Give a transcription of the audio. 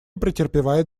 претерпевает